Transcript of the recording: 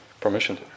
permission